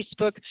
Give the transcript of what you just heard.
Facebook